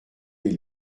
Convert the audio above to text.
les